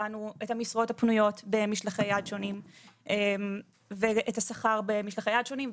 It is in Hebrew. בחנו את המשרות הפנויות במשלחי יד שונים ואת השכר במשלחי יד שונים,